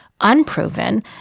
unproven